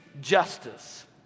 justice